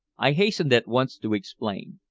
i hastened at once to explain.